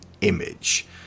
image